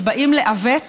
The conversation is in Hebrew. שבאים לעוות